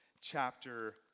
chapter